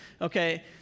Okay